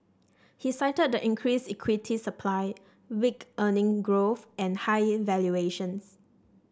he cited the increased equity supply weak earnings growth and high valuations